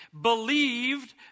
believed